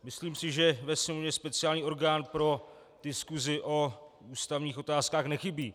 Myslím si, že ve Sněmovně speciální orgán pro diskusi o ústavních otázkách nechybí.